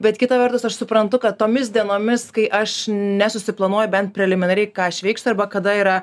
bet kita vertus aš suprantu kad tomis dienomis kai aš nesusiplanuoju bent preliminariai ką aš veiksiu arba kada yra